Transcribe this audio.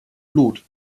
blut